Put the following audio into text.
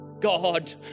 God